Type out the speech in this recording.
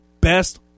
best